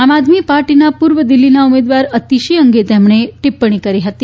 આમ આદમી પાર્ટીના પૂર્વ દિલ્હીના ઉમેદવાર અતીશી અંગે તેમણે ટીપ્પણી કરી હતી